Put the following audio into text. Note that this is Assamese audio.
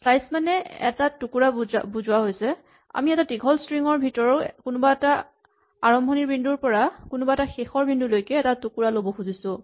শ্লাইচ মানে এটা টুকুৰা বুজোৱা হৈছে আমি এটা দীঘল ষ্ট্ৰিং ৰ ভিতৰৰ কোনোবা এটা আৰম্ভণিৰ বিন্দুৰ পৰা কোনোবা এটা শেষৰ বিন্দুলৈকে এটা টুকুৰা ল'ব খুজিছো